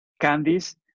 candies